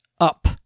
up